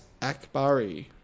Akbari